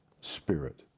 spirit